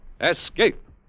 Escape